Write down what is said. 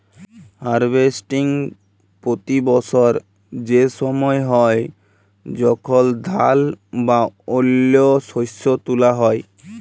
harvesting পতি বসর সে সময় হ্যয় যখল ধাল বা অল্য শস্য তুলা হ্যয়